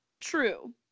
true